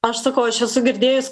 aš sakau aš esu girdėjus